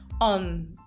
on